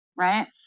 right